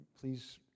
please